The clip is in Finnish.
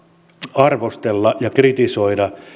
arvostella ja kritisoida